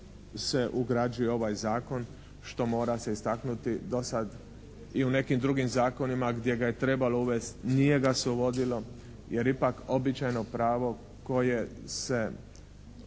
se ugrađuje u ovaj zakon što mora se istaknuti do sada i u nekim drugim zakonima gdje ga je trebalo uvesti nije ga se uvodilo jer ipak običajno pravo koje se